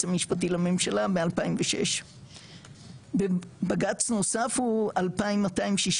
המשפטי לממשלה מ- 2006. בג"צ נוסף הוא 2268/21,